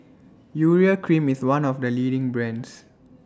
Urea Cream IS one of The leading brands